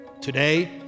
Today